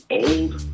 old